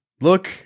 Look